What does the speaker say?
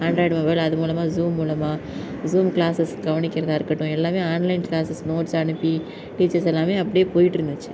Android mobile அது மூலமாக Zoom மூலமாக ஸும் கிளாஸஸ் கவனிக்கிறதாக இருக்கட்டும் எல்லாமே ஆன்லைன் கிளாஸஸ் நோட்ஸ் அனுப்பி டீச்சர்ஸ் எல்லாமே அப்படியே போயிட்டு இருந்துச்சு